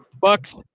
Bucks